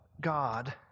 God